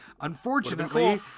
Unfortunately